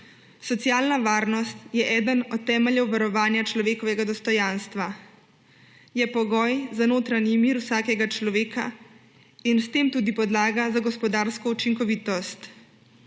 Socialna varnost je eden od temeljev varovanja človekovega dostojanstva, je pogoj za notranji mir vsakega človeka in s tem tudi podlaga za gospodarsko učinkovitost.